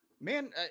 Man